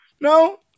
No